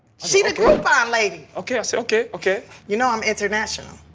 she the groupon lady! ok. i say, ok, ok. you know i'm international?